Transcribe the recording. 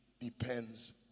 depends